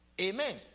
amen